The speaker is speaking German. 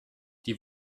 die